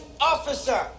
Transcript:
officer